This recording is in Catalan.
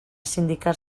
sindicar